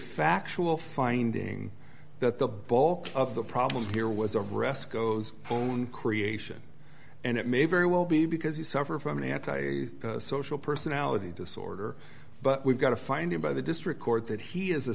factual finding that the bulk of the problem here was of resco own creation and it may very well be because you suffer from an anti social personality disorder but we've got a finding by the district court that he is